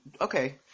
okay